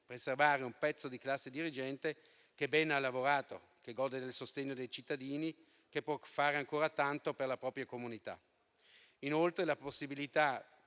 preservare un pezzo di classe dirigente che ben ha lavorato, che gode del sostegno dei cittadini, che può fare ancora tanto per la propria comunità. Inoltre, la possibilità di